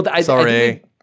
Sorry